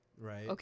Right